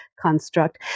construct